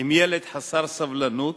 עם ילד חסר סבלנות,